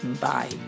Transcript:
bye